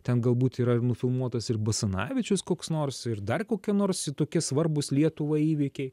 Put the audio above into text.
ten galbūt yra nufilmuotas ir basanavičius koks nors ir dar kokie nors i tokie svarbūs lietuvai įvykiai